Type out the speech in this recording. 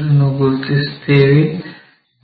ಅನ್ನು ಗುರುತಿಸುತ್ತೇವೆ